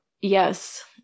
Yes